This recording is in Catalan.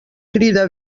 crida